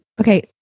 okay